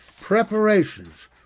Preparations